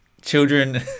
Children